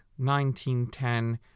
1910